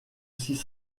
six